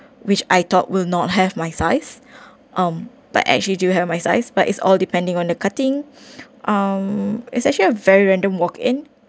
which I thought will not have my size um but actually do have my size but it's all depending on the cutting um it's actually a very random walk in